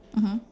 mmhmm